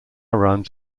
runs